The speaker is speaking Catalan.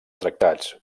tractats